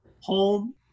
home